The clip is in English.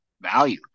value